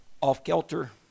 off-kelter